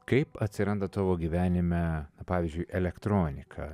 kaip atsiranda tavo gyvenime pavyzdžiui elektronika